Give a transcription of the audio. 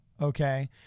Okay